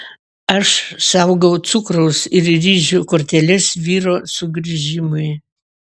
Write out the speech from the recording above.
aš saugau cukraus ir ryžių korteles vyro sugrįžimui